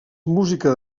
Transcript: música